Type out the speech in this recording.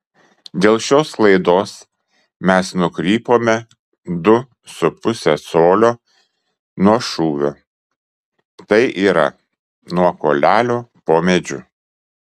dėl šios klaidos mes nukrypome du su puse colio nuo šūvio tai yra nuo kuolelio po medžiu